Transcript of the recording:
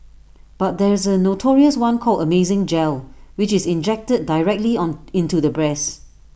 but there is A notorious one called amazing gel which is injected directly on into the breasts